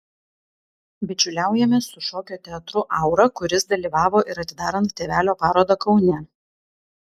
bičiuliaujamės su šokio teatru aura kuris dalyvavo ir atidarant tėvelio parodą kaune